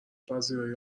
پذیرایی